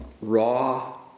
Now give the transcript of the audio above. raw